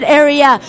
area